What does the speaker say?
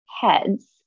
heads